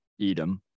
Edom